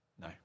No